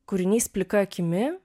kūrinys plika akimi